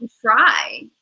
Try